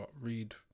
read